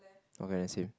okay then same